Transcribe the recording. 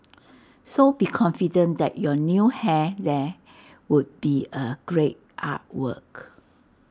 so be confident that your new hair there would be A great artwork